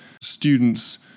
students